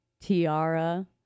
tiara